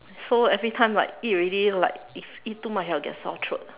so every time like eat already like if eat too much I will get sore throat